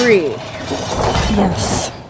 Yes